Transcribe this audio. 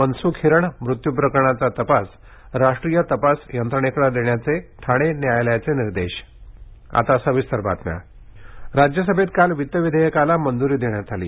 मनसुख हिरण मृत्यू प्रकरणाचा तपास राष्ट्रीय तपास यंत्रणेकडे देण्याचे ठाणे न्यायालयाचे निर्देश वित्त विधेयक राज्यसभेत काल वित्त विधेयकाला मंजूरी देण्यात आली